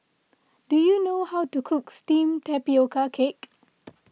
do you know how to cook Steamed Tapioca Cake